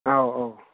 ꯑꯧ ꯑꯧ